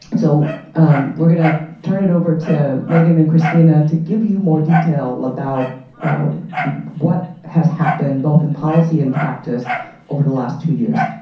but so we're going to turn it over to meghan and christina to give you more details about what has happened both in policy and in practice over the last two years.